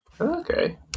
Okay